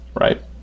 right